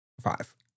five